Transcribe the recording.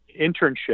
internship